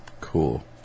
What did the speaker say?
Cool